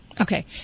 Okay